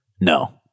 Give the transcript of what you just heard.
No